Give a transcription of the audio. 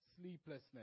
sleeplessness